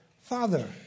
Father